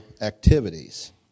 activities